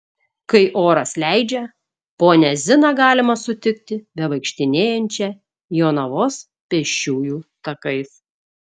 kai oras leidžia ponią ziną galima sutikti bevaikštinėjančią jonavos pėsčiųjų takais